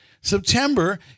September